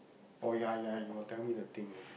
oh ya ya you got tell me the thing again